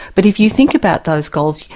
but if you think about those goals,